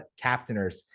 captainers